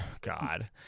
God